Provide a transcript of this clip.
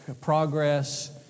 progress